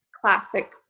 Classic